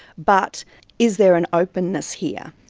but is there an openness here?